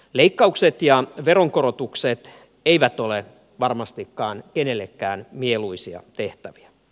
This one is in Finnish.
leikkaukset ja veronkorotukset eivät ole varmastikaan kenellekään mieluisia tehtäviä